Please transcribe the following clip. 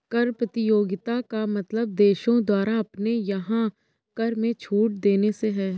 कर प्रतियोगिता का मतलब देशों द्वारा अपने यहाँ कर में छूट देने से है